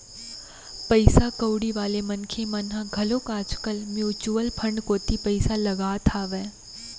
पइसा कउड़ी वाले मनखे मन ह घलोक आज कल म्युचुअल फंड कोती पइसा लगात हावय